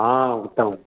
हा उत्तमं